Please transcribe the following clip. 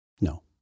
No